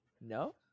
No